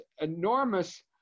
enormous